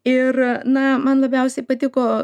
ir na man labiausiai patiko